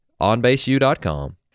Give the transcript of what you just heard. onbaseu.com